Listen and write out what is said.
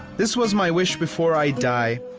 this was my wish before i die.